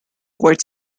quite